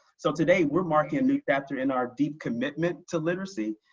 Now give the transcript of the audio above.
so today we're marking a new chapter in our deep commitment to literacy.